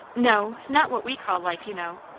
no. not what we call life, you know.